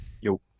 Yo